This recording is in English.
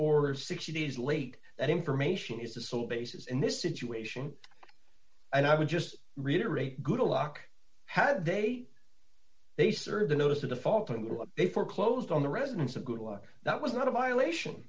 order sixty days late that information is the sole basis in this situation and i would just reiterate good alok have they they served a notice of default and what they foreclosed on the residents of good luck that was not a violation